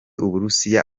uburusiya